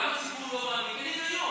למה הציבור לא מאמין?